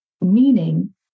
Meaning